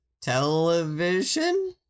television